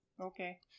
okay